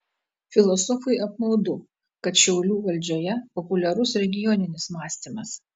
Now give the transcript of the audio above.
filosofui apmaudu kad šiaulių valdžioje populiarus regioninis mąstymas